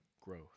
growth